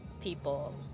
people